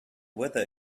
weather